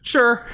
Sure